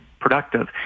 productive